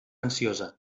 ansiosa